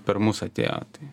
per mus atėjo tai